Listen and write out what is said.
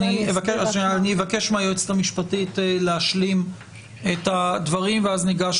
אני אבקש מהיועצת המשפטית להשלים את הדברים ואז ניגש